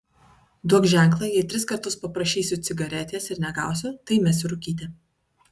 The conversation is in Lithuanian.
duok ženklą jei tris kartus paprašysiu cigaretės ir negausiu tai mesiu rūkyti